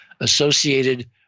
associated